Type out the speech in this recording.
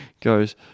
goes